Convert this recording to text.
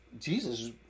Jesus